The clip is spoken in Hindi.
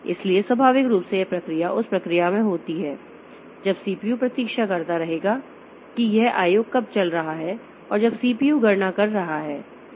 इसलिए स्वाभाविक रूप से यह प्रक्रिया उस प्रक्रिया में होती है जब सीपीयू प्रतीक्षा करता रहेगा कि यह आईओ कब चल रहा है और जब सीपीयू गणना कर रहा है